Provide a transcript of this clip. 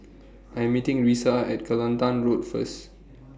I Am meeting Risa At Kelantan Road First